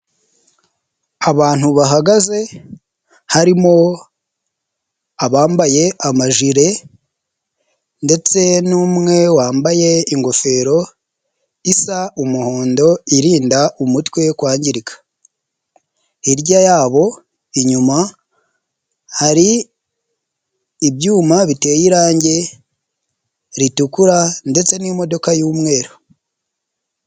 Abantu bahagaze harimo abambaye amajire ndetse n'umwe wambaye ingofero isa umuhondo irinda umutwe kwangirika, hirya yabo inyuma hari ibyuma biteye irange ritukura ndetse n'imodoka y'umweru.